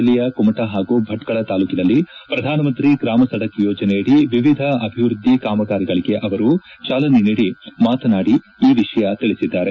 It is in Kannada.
ಜಿಲ್ಲೆಯ ಕುಮಟಾ ಹಾಗೂ ಭಟ್ಗಳ ತಾಲೂಕಿನಲ್ಲಿ ಪ್ರಧಾನಮಂತ್ರಿ ಗ್ರಾಮ ಸಡಕ್ ಯೋಜನೆಯಡಿ ವಿವಿಧ ಅಭಿವೃದ್ಧಿ ಕಾಮಗಾರಿಗಳಿಗೆ ಅವರು ಚಾಲನೆ ನೀಡಿ ಮಾತನಾಡಿ ಈ ವಿಷಯ ತಿಳಿಸಿದ್ದಾರೆ